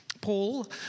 Paul